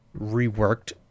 reworked